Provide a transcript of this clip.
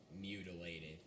mutilated